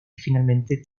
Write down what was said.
finalmente